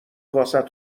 واست